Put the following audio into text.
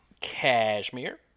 Cashmere